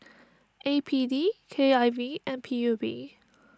A P D K I V and P U B